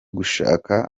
gushaka